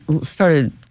started